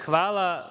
Hvala.